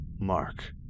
Mark